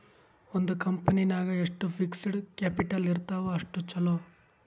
ಒಂದ್ ಕಂಪನಿ ನಾಗ್ ಎಷ್ಟ್ ಫಿಕ್ಸಡ್ ಕ್ಯಾಪಿಟಲ್ ಇರ್ತಾವ್ ಅಷ್ಟ ಛಲೋ